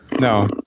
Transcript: No